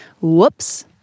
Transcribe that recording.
whoops